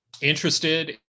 interested